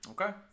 Okay